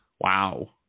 Wow